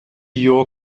your